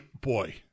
Boy